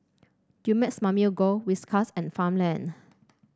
Dumex Mamil Gold Whiskas and Farmland